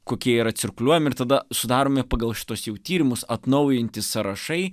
kokie yra cirkuliuojami ir tada sudaromi pagal šituos jau tyrimus atnaujinti sąrašai